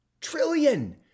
trillion